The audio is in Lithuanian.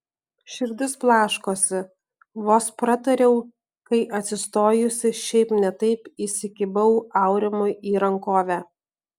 širdis blaškosi vos pratariau kai atsistojusi šiaip ne taip įsikibau aurimui į rankovę